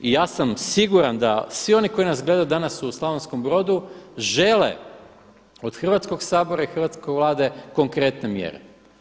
I ja sam siguran da svi oni koji nas gledaju danas u Slavonskom Brodu žele od Hrvatskog sabora i hrvatske Vlade konkretne mjere.